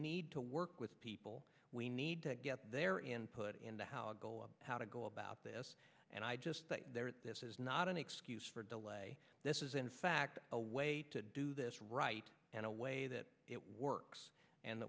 need to work with people we need to get their input into how to go on how to go about this and i just this is not an excuse for delay this is in fact a way to do this right and a way that it works and